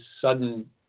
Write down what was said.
sudden